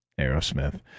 Aerosmith